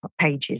pages